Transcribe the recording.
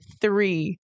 three